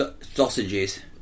Sausages